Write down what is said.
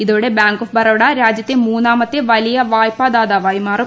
ഇതോടെ bank of Baroda രാജ്യത്തെ മൂന്നാമത്തെ വലിയ വായ്പ ദാതാവായി മാറും